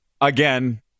Again